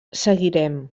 seguirem